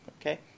Okay